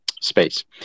space